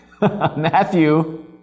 Matthew